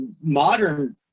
modern